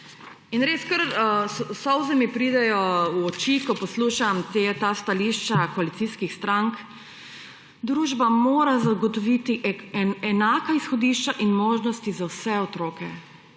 res, kar solze mi pridejo v oči, ko poslušam ta stališča koalicijskih strank, družba mora zagotoviti enaka izhodišča in možnosti za vse otroke.